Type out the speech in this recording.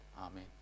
Amen